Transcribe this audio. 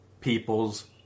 Peoples